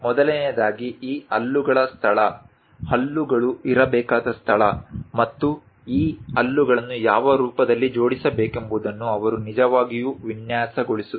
ಮೊದಲನೆಯದಾಗಿ ಈ ಹಲ್ಲುಗಳ ಸ್ಥಳ ಹಲ್ಲುಗಳು ಇರಬೇಕಾದ ಸ್ಥಳ ಮತ್ತು ಈ ಹಲ್ಲುಗಳನ್ನು ಯಾವ ರೂಪದಲ್ಲಿ ಜೋಡಿಸಬೇಕೆಂಬುದನ್ನು ಅವನು ನಿಜವಾಗಿಯೂ ವಿನ್ಯಾಸಗೊಳಿಸಬೇಕು